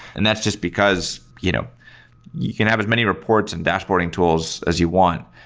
and that's just because you know you can have as many reports and dash-boarding tools as you want,